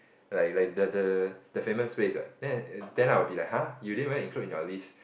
like like the the the famous place what then I'll be like !huh! you didn't even include in your list